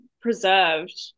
preserved